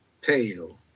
pale